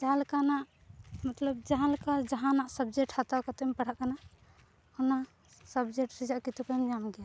ᱡᱟᱦᱟᱸ ᱞᱮᱠᱟᱱᱟᱜ ᱢᱚᱛᱞᱚᱵ ᱡᱟᱦᱟᱱᱟᱜ ᱥᱟᱵᱽᱡᱮᱠᱴ ᱦᱟᱛᱟᱣ ᱠᱟᱛᱫᱮᱢ ᱯᱟᱲᱦᱟᱜ ᱠᱟᱱᱟ ᱚᱱᱟ ᱥᱟᱵᱽᱡᱮᱠᱴ ᱨᱮᱭᱟᱜ ᱠᱤᱛᱟᱹᱵᱮᱢ ᱧᱟᱢ ᱜᱮᱭᱟ